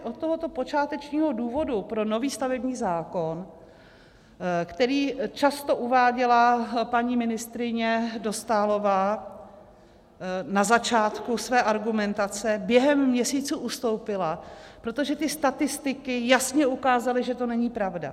Od tohoto počátečního důvodu pro nový stavební zákon, který často uváděla paní ministryně Dostálová na začátku své argumentace, během měsíců ustoupila, protože ty statistiky jasně ukázaly, že to není pravda.